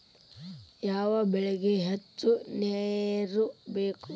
ಯಾವ ಬೆಳಿಗೆ ಹೆಚ್ಚು ನೇರು ಬೇಕು?